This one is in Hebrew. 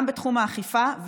גם בתחום האכיפה,